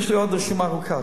יש לי עוד רשימה ארוכה,